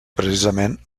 precisament